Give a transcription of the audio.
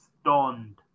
stunned